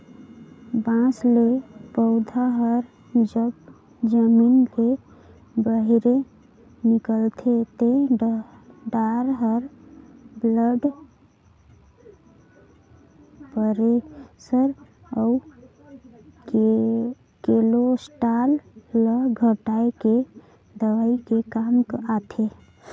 बांस ले पउधा हर जब जमीन ले बहिरे निकलथे ते डार हर ब्लड परेसर अउ केलोस्टाल ल घटाए के दवई के काम आथे